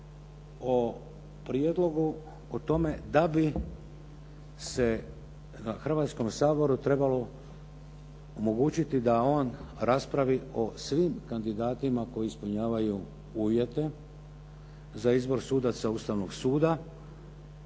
o prijedlogu o tome da bi se Hrvatskom saboru trebalo omogućiti da on raspravi o svim kandidatima koji ispunjavaju uvjete za izbor sudaca Ustavnog suda